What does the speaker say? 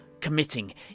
committing